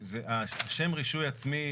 השם "רישוי עצמי"